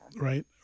Right